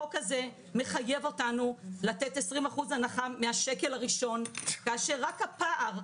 החוק הזה מחייב אותנו לתת 20% הנחה מהשקל הראשון כאשר רק הפער,